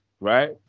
right